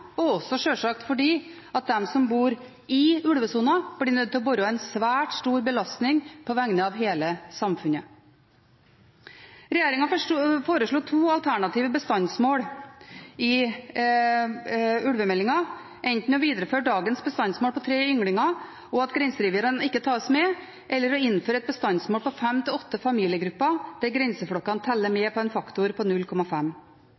og også sjølsagt at de som bor i ulvesonen, blir nødt til å bære en svært stor belastning på vegne av hele samfunnet. Regjeringen foreslo to alternative bestandsmål i ulvemeldingen, enten å videreføre dagens bestandsmål på tre ynglinger og at grenserevirene ikke tas med, eller å innføre et bestandsmål på fem til åtte familiegrupper, der grenseflokkene teller med på en faktor på 0,5.